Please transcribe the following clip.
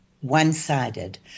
one-sided